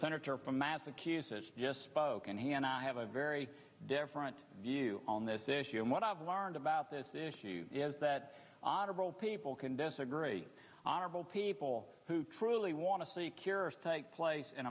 senator from massachusetts just spoken hand i have a very different view on this issue and what i've learned about this issue is that honorable people can disagree honorable people who truly want to take place